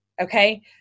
Okay